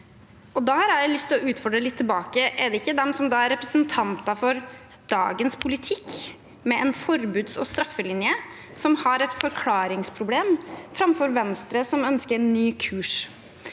til å utfordre litt tilbake: Er det ikke de som er representanter for dagens politikk med en forbuds- og straffelinje, som har et forklaringsproblem, framfor Venstre som ønsker en ny kurs?